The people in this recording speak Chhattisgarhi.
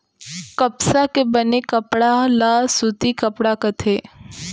कपसा के बने कपड़ा ल सूती कपड़ा कथें